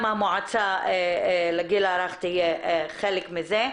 גם המועצה לגיל הרך תהיה חלק מזה.